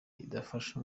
idafasha